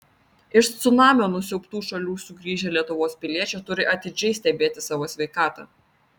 iš cunamio nusiaubtų šalių sugrįžę lietuvos piliečiai turi atidžiai stebėti savo sveikatą